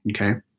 okay